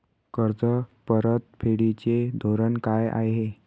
कर्ज परतफेडीचे धोरण काय आहे?